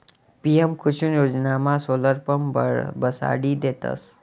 PM Kusum योजनामा solar pump बसाडी देतस